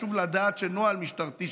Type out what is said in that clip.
חשוב לדעת שנוהל משטרתי,